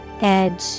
Edge